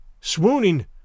Swooning